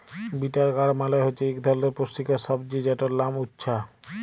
bitter গাড় মালে হছে ইক ধরলের পুষ্টিকর সবজি যেটর লাম উছ্যা